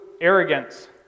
arrogance